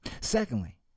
Secondly